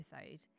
episode